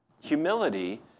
Humility